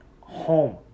home